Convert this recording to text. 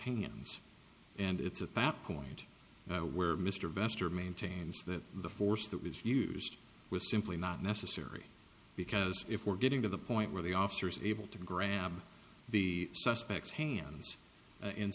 hanging and it's at that point where mr vester maintains that the force that was used was simply not necessary because if we're getting to the point where the officers able to grab the suspects hands and